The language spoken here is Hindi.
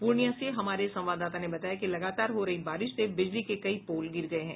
पूर्णियां से हमारे संवाददाता ने बताया कि लगातार हो रही बारिश से बिजली के कई पोल गिर गये हैं